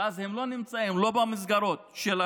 ואז הם לא נמצאים לא במסגרות שלהם,